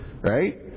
right